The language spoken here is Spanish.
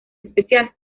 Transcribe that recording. especial